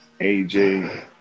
AJ